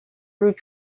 route